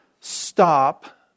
stop